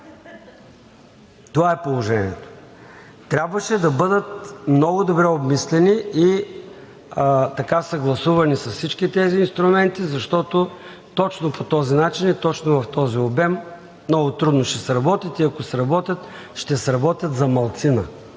Това е положението. Трябваше да бъдат много добре обмислени и съгласувани с всички тези инструменти, защото точно по този начин и точно в този обем много трудно ще сработят. И ако сработят, ще сработят за малцина.